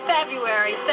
February